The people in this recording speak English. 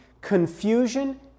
Confusion